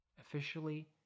officially